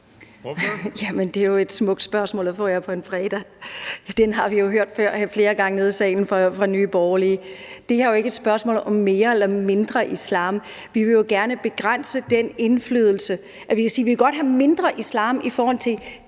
det er jo et smukt spørgsmål at få her på en fredag, og det har vi jo hørt flere gange hernede i salen fra Nye Borgerlige. Det her er jo ikke et spørgsmål om mere eller mindre islam. Vi vil jo gerne begrænse den indflydelse. Vi kan sige, at vi godt vil have mindre islam i forhold til